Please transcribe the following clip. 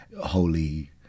holy